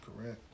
Correct